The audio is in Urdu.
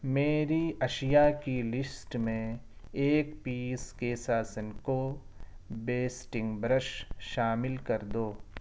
میری اشیاء کی لسٹ میں ایک پیس کیسا سنکو بیسٹنگ برش شامل کر دو